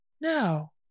no